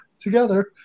together